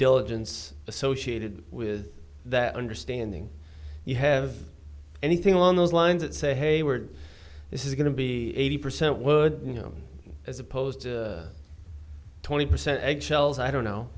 diligence associated with that understanding you have anything along those lines that say hey we're this is going to be eighty percent were you know as opposed to twenty percent eggshells i don't know